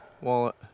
wallet